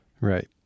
Right